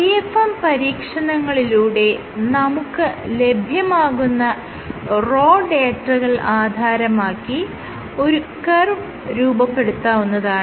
AFM പരീക്ഷണങ്ങളിലൂടെ നമുക്ക് ലഭ്യമാകുന്ന റോ ഡാറ്റകൾ ആധാരമാക്കി ഒരു കർവ് രൂപപ്പെടുത്താവുന്നതാണ്